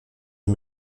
est